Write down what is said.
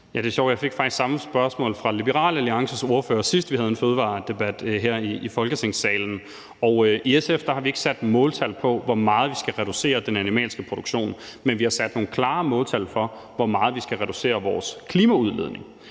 jeg fik faktisk det samme spørgsmål fra Liberal Alliances ordfører, sidst vi havde en fødevaredebat her i Folketingssalen. I SF har vi ikke sat måltal for, hvor meget vi skal reducere den animalske produktion, men vi har sat nogle klare måltal for, hvor meget vi skal reducere vores klimaudledning.